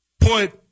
put